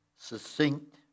succinct